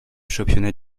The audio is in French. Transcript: championnat